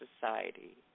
society